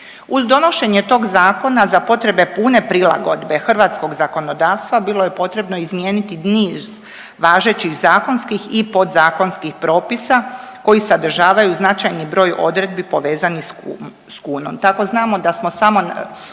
Uz donošenje tog zakona za potrebe pune prilagodbe hrvatskog zakonodavstva bilo je potrebno izmijeniti niz važećih zakonskih i podzakonskih propisa koji sadržavaju značajni broj odredbi povezanih s kunom.